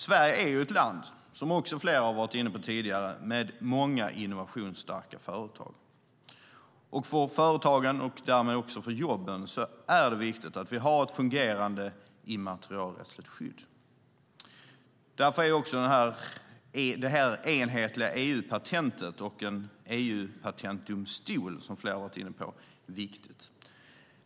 Sverige är ett land med många innovationsstarka företag, vilket också flera har varit inne på tidigare. För företagen, och därmed också för jobben, är det viktigt att vi har ett fungerande immaterialrättsligt skydd. Därför är det också viktigt med det här enhetliga EU-patentet och en EU-patentdomstol som flera har varit inne på.